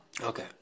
Okay